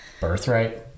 birthright